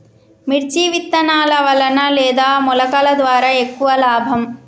మిర్చి విత్తనాల వలన లేదా మొలకల ద్వారా ఎక్కువ లాభం?